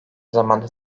zamanda